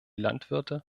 landwirte